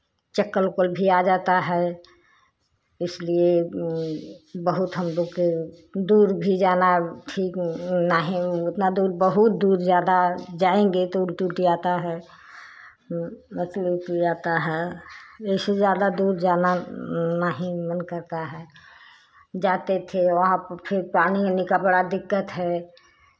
चक्कर ओक्कर भी आ जाता है इसलिए बहुत हम लोग के दूर भी जाना ठीक नहीं उतना दूर बहुत दूर ज़्यादा जाएँगे तो उल्टी उल्टी आता है मचली ओचली आता है जैसे ज़्यादा दूर जाना नहीं मन करता है जाते थे वहाँ पे फिर पानी ओनी का बड़ा दिक्कत है